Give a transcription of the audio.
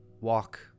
walk